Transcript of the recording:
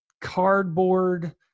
Cardboard